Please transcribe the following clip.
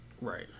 right